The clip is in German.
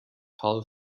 carl